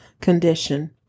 condition